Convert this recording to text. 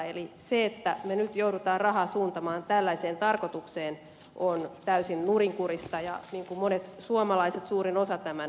eli se että me nyt joudumme rahaa suuntaamaan tällaiseen tarkoitukseen on täysin nurinkurista ja monet suomalaiset suurin osa tämän tuomitsevat